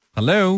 Hello